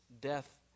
death